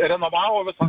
renovavo visą